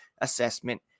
assessment